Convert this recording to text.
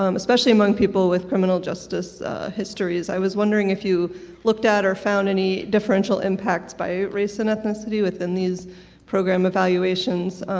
um especially among people with criminal justice histories, i was wondering if you looked at or found any differential impact by race and ethnicity within these program evaluations?